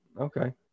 Okay